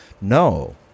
No